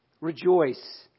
Rejoice